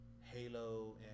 Halo